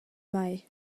mei